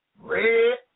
Red